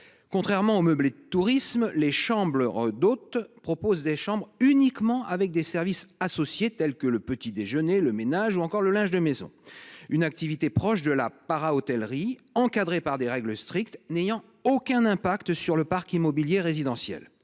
Contrairement aux meublés de tourisme, les chambres d’hôtes proposent des nuits uniquement avec des services associés, tels que le petit déjeuner, le ménage ou encore le linge de maison. Il s’agit d’une activité proche de la para hôtellerie, encadrée par des règles strictes, et n’ayant aucune incidence sur le parc immobilier résidentiel.